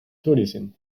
tourism